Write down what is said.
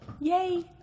Yay